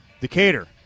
Decatur